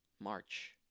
March